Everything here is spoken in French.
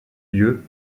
lieu